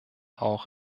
auch